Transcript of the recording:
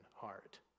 heart